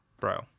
bro